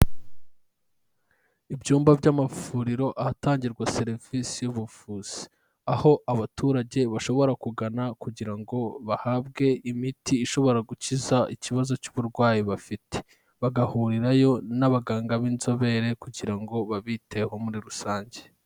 Ibyumba by'amavuriro ahatangirwa serivisi y'ubuvuzi, aho abaturage bashobora kugana kugira ngo bahabwe imiti ishobora gukiza ikibazo cy'uburwayi bafite, bagahurirayo n'abaganga b'inzobere kugira ngo babiteho muri rusange.